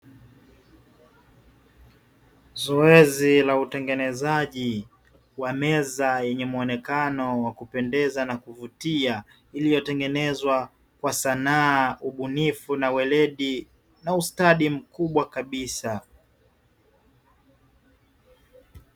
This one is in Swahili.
Zoezi la utengenezaji wa meza yenye mwonekano wa kupendeza na kuvutia iliyotengenezwa kwa sanaa, ubunifu na ueledi, na ustadi mkubwa kabisa.